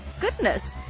goodness